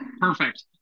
Perfect